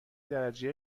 درجه